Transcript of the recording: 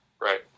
Right